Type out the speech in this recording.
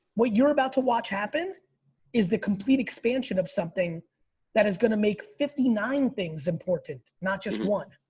what you're about to watch happen is the complete expansion of something that is gonna make fifty nine things important. not just one.